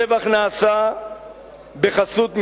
הטבח נעשה בחסות מבנים,